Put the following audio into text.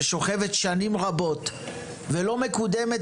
ששוכבת שנים רבות ולא מקודמת,